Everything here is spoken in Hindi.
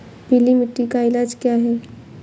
पीली मिट्टी का इलाज क्या है?